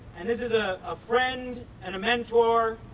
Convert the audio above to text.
and this is ah a friend and a mentor